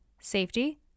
safety